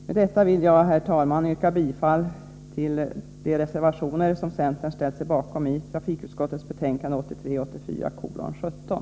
Med detta vill jag, herr talman, yrka bifall till de reservationer som centern ställt sig bakom i trafikutskottsbetänkande 1983/84:17.